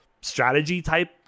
strategy-type